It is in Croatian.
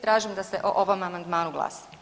Tražim da se o ovom amandmanu glasa.